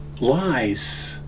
lies